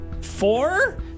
four